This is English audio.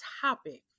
topic